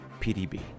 PDB